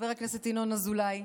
חבר הכנסת ינון אזולאי,